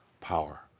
power